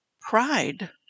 pride